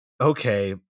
Okay